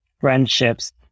friendships